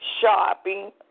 shopping